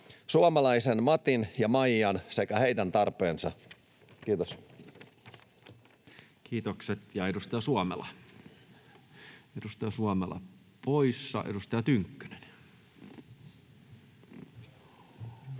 suomalaisen Matin ja Maijan sekä heidän tarpeensa. — Kiitos. Kiitokset. — Edustaja Suomela poissa. — Edustaja Tynkkynen.